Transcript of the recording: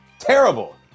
terrible